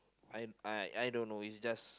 I I I don't know it's just